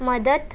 मदत